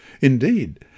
Indeed